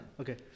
Okay